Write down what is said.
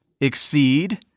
exceed